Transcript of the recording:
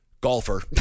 Golfer